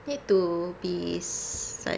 need to be s~ like